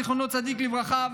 זכר צדיק לברכה,